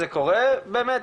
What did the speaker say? זה קורה באמת?